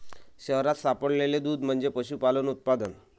शहरात सापडलेले दूध म्हणजे पशुपालन उत्पादन